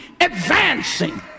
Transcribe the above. advancing